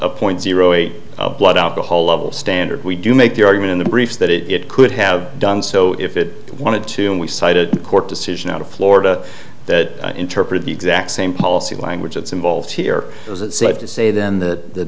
a point zero eight blood alcohol level standard we do make the argument in the briefs that it could have done so if it wanted to and we cited court decision out of florida that interpret the exact same policy language that's involved here is it safe to say then that